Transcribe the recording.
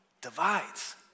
divides